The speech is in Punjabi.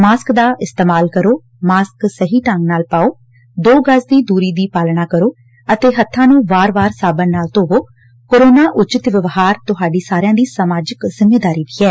ਮਾਸਕ ਦਾ ਪ੍ਯੋਗ ਕਰੋ ਮਾਸਕ ਸਹੀ ਢੰਗ ਨਾਲ ਪਾਓ ਦੋ ਗਜ਼ ਦੀ ਦੁਰੀ ਦਾ ਪਾਲਣ ਕਰੋ ਅਤੇ ਵਾਰ ਵਾਰ ਹੱਬਾਂ ਨੁੰ ਸਾਬਣ ਨਾਲ ਧੋਵੋ ਕੋਰੋਨਾ ਉਚਿਤ ਵਿਵਹਾਰ ਤੁਹਾਡੀ ਸਮਾਜਿਕ ਜਿੰਮੇਵਾਰੀ ਵੀ ਏ